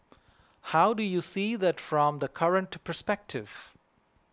how do you see that from the current perspective